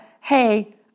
hey